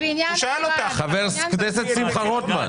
הוא שאל אותך --- חבר הכנסת שמחה רוטמן.